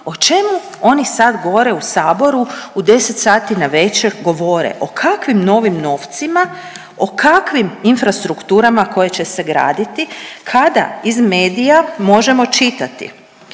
o čemu oni sad gore u Saboru u 10 sati navečer govore o kakvim novim novcima, o kakvim infrastrukturama koje će se graditi kada iz medija možemo čitati